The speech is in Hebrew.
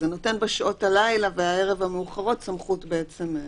אז זה נותן בשעות הערב המאוחרות והלילה סמכות לתפוס.